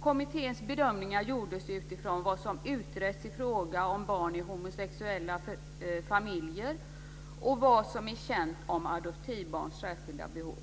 Kommitténs bedömningar gjordes utifrån vad som har utretts i fråga om barn i homosexuella familjer och vad som är känt om adoptivbarns särskilda behov.